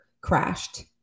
crashed